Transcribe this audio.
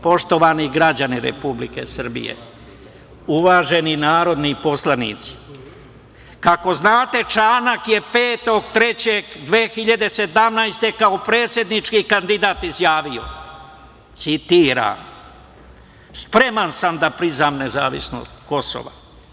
Poštovani građani Republike Srbije, uvaženi narodni poslanici, kako znate, Čanak je 5. 3. 2017. godine kao predsednički kandidat izjavio: "Spreman sam da priznam nezavisnost Kosova"